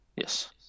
Yes